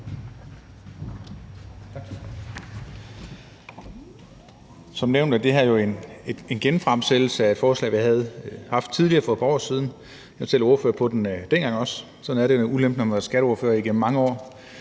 Som nævnt er det her jo en genfremsættelse af et forslag, som vi har haft tidligere, for et par år siden. Jeg var også selv ordfører på det dengang – sådan er det jo en ulempe, når man har været skatteordfører igennem mange år